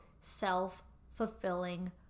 self-fulfilling